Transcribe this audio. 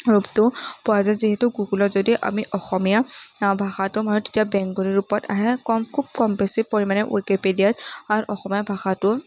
ৰূপটো পোৱা যায় যিহেতু গুগলত যদি আমি অসমীয়া ভাষাটো মাৰোঁ তেতিয়া বেংগলীৰ ৰূপত আহে কম খুব কম বেছি পৰিমাণে ৱিকিপেডিয়াত অসমীয়া ভাষাটো